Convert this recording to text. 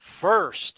first